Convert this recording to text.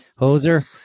Hoser